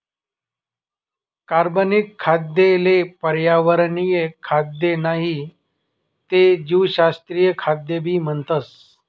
कार्बनिक खाद्य ले पर्यावरणीय खाद्य नाही ते जीवशास्त्रीय खाद्य भी म्हणतस